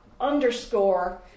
underscore